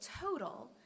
total